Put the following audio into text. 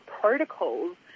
protocols